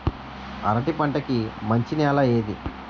అరటి పంట కి మంచి నెల ఏది?